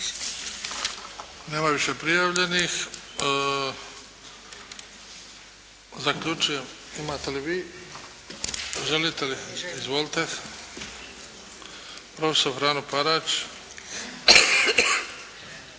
Nema više prijavljenih. Zaključujem. Imate li vi? Želite li? Izvolite. Prof. Frano Parač.